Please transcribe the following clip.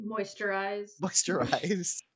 Moisturize